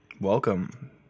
Welcome